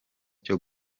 cyo